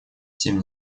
тем